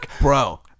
bro